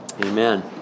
Amen